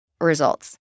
results